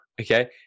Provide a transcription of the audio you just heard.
okay